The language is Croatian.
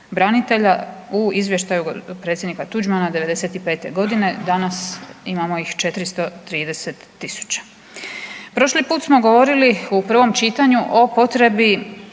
u izvještaju predsjednika Tuđmana '95. godine. Danas imamo ih 430 000. Prošli put smo govorili u prvom čitanju o potrebi